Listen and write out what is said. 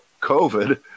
COVID